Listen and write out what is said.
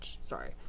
sorry